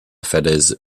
falaise